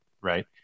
right